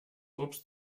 obst